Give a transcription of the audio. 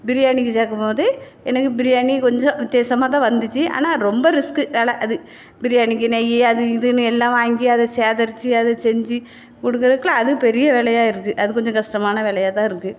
பிரியாணிக்கு சேர்க்கும்போது எனக்கு பிரியாணி கொஞ்சம் வித்தியாசமாகதான் வந்திச்சி ஆனால் ரொம்ப ரிஸ்க் வேலை அது பிரியாணிக்கு நெய் அது இதுன்னு எல்லாம் வாங்கி அதை சேகரித்து அதை செஞ்சி கொடுக்குறதுக்குள்ள அது பெரிய வேலையாக ஆகிடுது அது கொஞ்சம் கஷ்டமான வேலையாக தான் இருக்குது